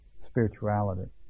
spirituality